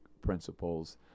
principles